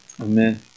Amen